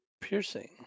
piercing